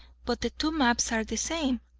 but the two maps are the same!